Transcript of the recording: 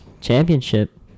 championship